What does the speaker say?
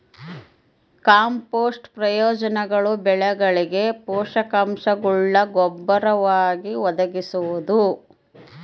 ಕಾಂಪೋಸ್ಟ್ನ ಪ್ರಯೋಜನಗಳು ಬೆಳೆಗಳಿಗೆ ಪೋಷಕಾಂಶಗುಳ್ನ ಗೊಬ್ಬರವಾಗಿ ಒದಗಿಸುವುದು